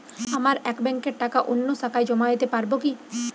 আমার এক ব্যাঙ্কের টাকা অন্য শাখায় জমা দিতে পারব কি?